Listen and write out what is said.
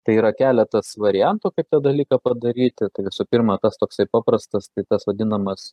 tai yra keletas variantų kaip tą dalyką padaryti tai visų pirma tas toksai paprastas tai tas vadinamas